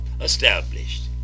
established